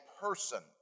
person